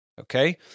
okay